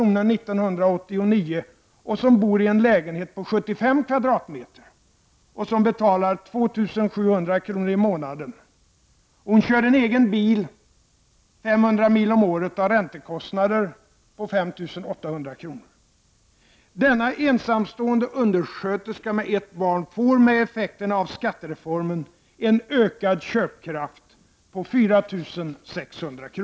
1989, bor i en lägenhet på 75 m? och betalar 2700 kr. i månaden. Hon kör egen bil 500 mil om året och har räntekostnader på 5 800 kr. Denna ensamstående undersköterska med ett barn får med effekterna av skattereformen en ökad köpkraft på 4 600 kr.